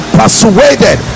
persuaded